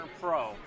pro